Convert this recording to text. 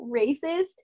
racist